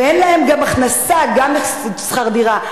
ואין להם הכנסה גם לשכר דירה,